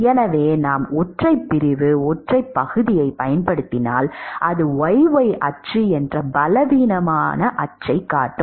எனவே நாம் ஒற்றைப் பிரிவு ஒற்றைப் பகுதியைப் பயன்படுத்தினால் அது y y அச்சு என்ற பலவீனமான அச்சைக் கட்டும்